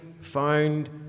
found